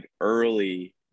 early